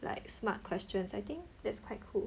like smart questions I think that's quite cool